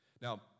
Now